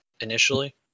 initially